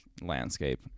landscape